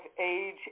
age